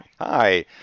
Hi